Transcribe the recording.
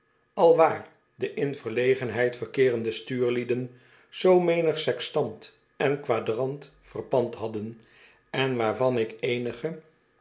alwaar de in verlegenheid verkeerende stuurlieden zoo menig sextant en quadrant verpand hadden en waarvan ik eenige